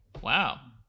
Wow